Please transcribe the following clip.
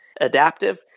adaptive